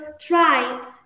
try